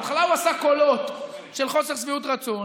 בהתחלה הוא עשה קולות של חוסר שביעות רצון,